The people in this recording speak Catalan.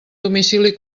domicili